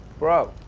bro.